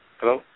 Hello